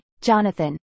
Jonathan